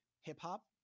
hip-hop